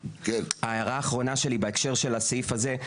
ההערה האחרונה שלי בהקשר של הסעיף הזה,